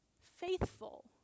Faithful